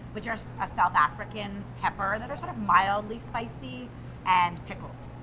which are so a south african pepper. they're mildly spicy and pickled.